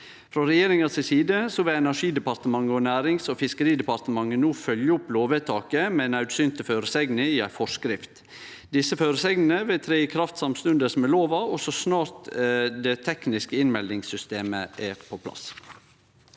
Frå regjeringa si side vil Energidepartementet og Nærings- og fiskeridepartementet no følgje opp lovvedtaket med naudsynte føresegner i ei forskrift. Desse føresegnene vil tre i kraft samstundes med lova og så snart det tekniske innmeldingssystemet er på plass.